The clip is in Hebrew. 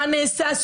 מה נעשה,